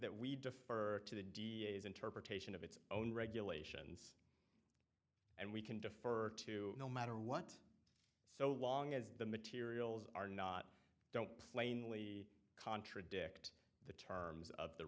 that we defer to the d a's interpretation of its own regulations she can defer to no matter what so long as the materials are not don't plainly contradict the terms of the